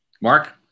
Mark